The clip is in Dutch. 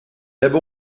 hebben